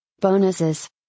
Bonuses